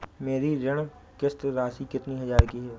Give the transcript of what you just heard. मेरी ऋण किश्त राशि कितनी हजार की है?